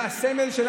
כל ראש ממשלה,